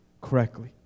correctly